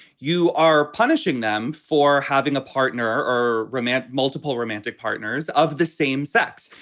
you are punishing them for having a partner or romance multiple romantic partners of the same sex.